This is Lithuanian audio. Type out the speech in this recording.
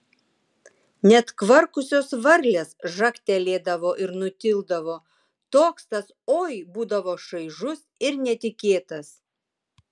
net kvarkusios varlės žagtelėdavo ir nutildavo toks tas oi būdavo šaižus ir netikėtas